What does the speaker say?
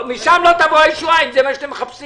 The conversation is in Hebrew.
משם לא תבוא הישועה אם זה מה שאתם מחפשים,